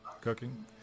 cooking